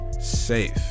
Safe